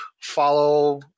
follow